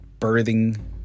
birthing